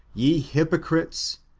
ye hypocrites,